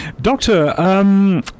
Doctor